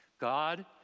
God